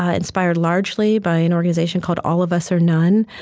ah inspired largely by an organization called all of us or none.